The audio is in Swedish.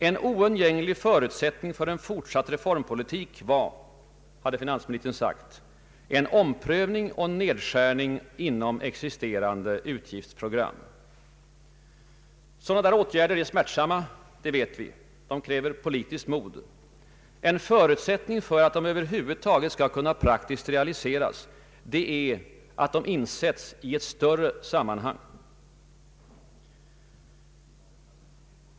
En oundgänglig förutsättning för en fortsatt reformpolitik var — hade finansministern sagt — en omprövning och nedskärning inom existerande utgiftsprogram. Sådana åtgärder är smärtsamma, det vet vi. De kräver politiskt mod. En förutsättning för att de över huvud taget skall kunna praktiskt realiseras är att de insätts i ett större sammanhang.